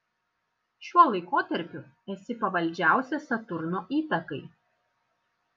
šiuo laikotarpiu esi pavaldžiausia saturno įtakai